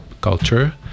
culture